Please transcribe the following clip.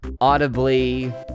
audibly